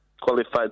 qualified